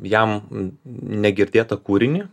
jam negirdėtą kūrinį